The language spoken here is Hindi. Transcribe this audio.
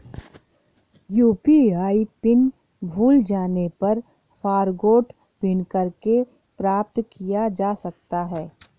यू.पी.आई पिन भूल जाने पर फ़ॉरगोट पिन करके प्राप्त किया जा सकता है